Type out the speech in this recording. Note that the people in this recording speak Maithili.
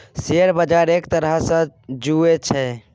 शेयर बजार एक तरहसँ जुऐ छियै